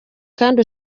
kandi